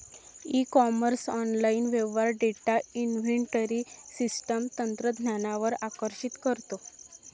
E commerce online व्यवहार data inventory system तंत्रज्ञानावर आकर्षित करतो